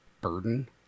burden